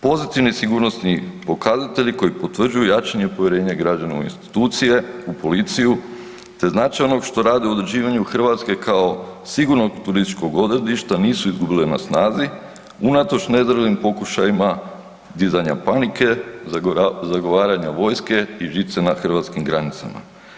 Pozitivni sigurnosni pokazatelji koji potvrđuju jačanje povjerenja građana u institucije, u policiju, te značaj onog što rade u određivanju Hrvatske kao sigurnog turističkog odredišta nisu izgubile na snazi unatoč …/nerazumljivo/… pokušajima dizanja panike, zagovaranja vojske i žice na hrvatskim granicama.